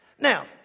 Now